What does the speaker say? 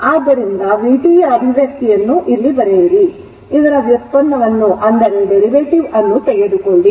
ಆದ್ದರಿಂದ vt ಯ ಅಭಿವ್ಯಕ್ತಿಯನ್ನು ಇಲ್ಲಿ ಬರೆಯಿರಿ ಇದರ ವ್ಯುತ್ಪನ್ನವನ್ನು ತೆಗೆದುಕೊಳ್ಳಿ